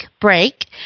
break